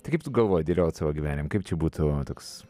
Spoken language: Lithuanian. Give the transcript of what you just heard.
taip kaip tu galvoji dėliot savo gyvenimą kaip čia būtų toks